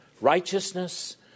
Righteousness